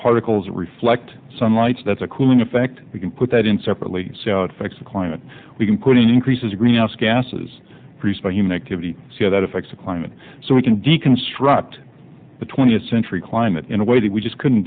particles reflect sunlight that's a cooling effect we can put that in separately fix the climate we can put increases greenhouse gases produced by human activity see how that affects the climate so we can deconstruct but twentieth century climate in a way that we just couldn't